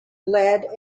lead